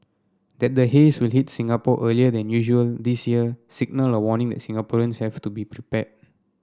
that the haze will hit Singapore earlier than usual this year signalled a warning that Singaporeans have to be prepared